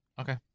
Okay